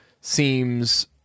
seems